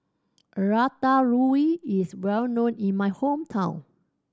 ratatouille is well known in my hometown